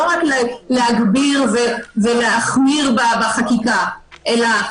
לא רק להגביר ולהחמיר בחקיקה, אלא